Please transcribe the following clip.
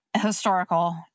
historical